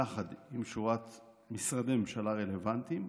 יחד עם שורת משרדי ממשלה רלוונטיים,